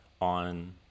on